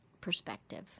perspective